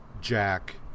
Jack